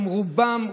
גם ההתנהלות,